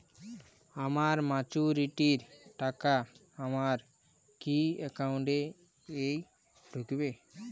আমার ম্যাচুরিটির টাকা আমার কি অ্যাকাউন্ট এই ঢুকবে?